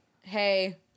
hey